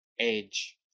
age